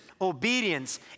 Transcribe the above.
obedience